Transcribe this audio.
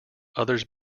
others